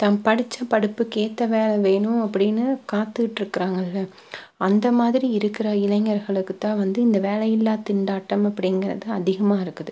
தான் படித்த படிப்புக்கு ஏற்ற வேலை வேணும் அப்படின்னு காத்துக்கிட்டுருக்குறாங்கள்ல அந்த மாதிரி இருக்கிற இளைஞர்களுக்கு தான் வந்து இந்த வேலையில்லா திண்டாட்டம் அப்படிங்கிறது அதிகமாக இருக்குது